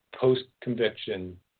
post-conviction